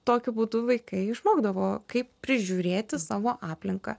tokiu būdu vaikai išmokdavo kaip prižiūrėti savo aplinką